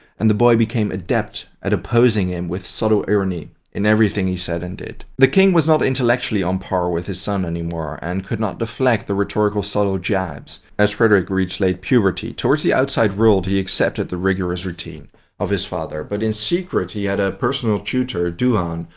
and the boy became adept at opposing him with subtle irony in everything he said and did. the king was not intellectually on-par with his son anymore, and could not deflect the rhetorical subtle jabs. as frederick reached late puberty towards the outside world he accepted the rigorous routine of his father, but in secret, he had his ah personal tutor, duhan,